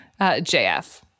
JF